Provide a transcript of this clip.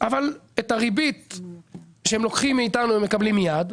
אבל את הריבית שהם לוקחים מאתנו הם מקבלים מיד.